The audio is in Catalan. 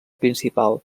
principal